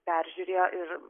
peržiūrėjo ir